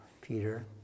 Peter